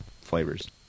flavors